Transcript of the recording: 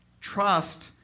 trust